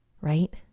right